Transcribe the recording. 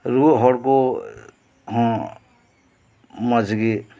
ᱨᱩᱭᱟᱹ ᱦᱚᱲ ᱠᱚ ᱦᱚᱸ ᱢᱚᱸᱡ ᱜᱮ